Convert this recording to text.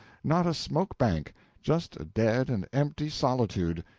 not a smoke-bank just a dead and empty solitude,